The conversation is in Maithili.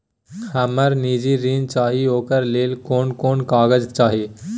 हमरा निजी ऋण चाही ओकरा ले कोन कोन कागजात चाही?